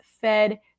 fed